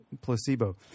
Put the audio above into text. placebo